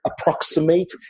approximate